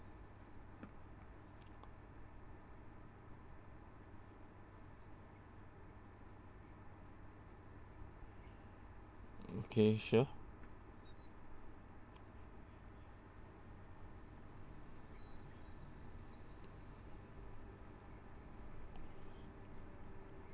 okay sure